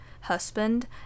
husband